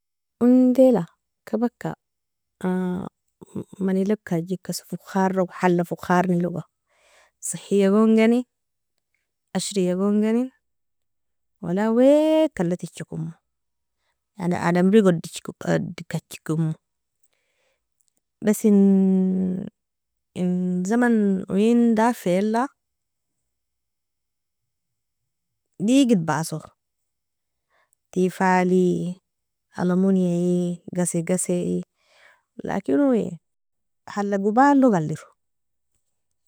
Undela kabaka manilog karjikeso fokharog hala fokharnilogo sahiaigongeni ashrigongeni wala weka alatijakomo, yani adamri odikajikomo bas in zaman oien dafiyala, digid baso tifale, alamoniaie, gasi gasie lakin owei hala gobalog alero.